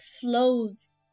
flows